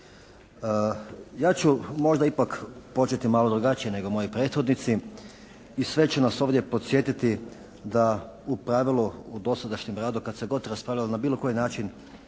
Ja ću možda ipak početi malo drugačije nego moji prethodnici i sve ću nas ovdje podsjetiti da u pravilu u dosadašnjem radu kada se god raspravljalo na bilo koji način,